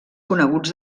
coneguts